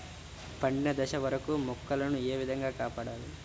పండిన దశ వరకు మొక్కల ను ఏ విధంగా కాపాడాలి?